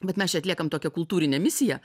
bet mes čia atliekam tokią kultūrinę misiją